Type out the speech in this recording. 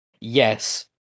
Yes